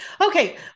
okay